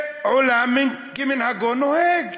ועולם כמנהגו נוהג,